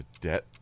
debt